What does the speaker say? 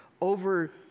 over